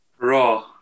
Raw